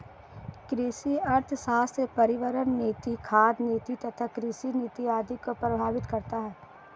कृषि अर्थशास्त्र पर्यावरण नीति, खाद्य नीति तथा कृषि नीति आदि को प्रभावित करता है